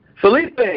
Felipe